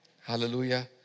Hallelujah